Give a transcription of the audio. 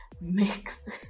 mixed